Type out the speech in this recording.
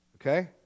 okay